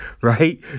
Right